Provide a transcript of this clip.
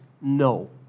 no